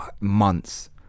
months